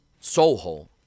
Soho